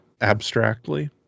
abstractly